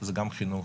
זה גם חינוך,